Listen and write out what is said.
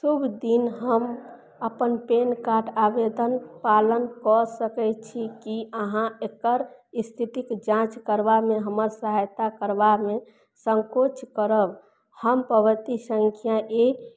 शुभ दिन हम अपन पेन कार्ड आवेदन पालन कऽ सकय छी कि अहाँ एकर स्थितिकेँ जाँच करबामे हमर सहायता करबामे सङ्कोच करब हम पावती सङ्ख्या ए